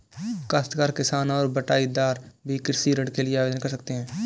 काश्तकार किसान और बटाईदार भी कृषि ऋण के लिए आवेदन कर सकते हैं